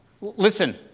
Listen